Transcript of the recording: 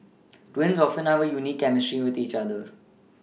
twins often have a unique chemistry with the each other